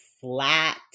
flat